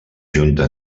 junta